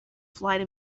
flight